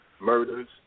murders